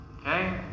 okay